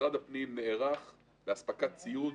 משרד הפנים נערך לאספקת ציוד.